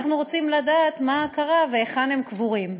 אנחנו רוצים לדעת מה קרה והיכן הם קבורים.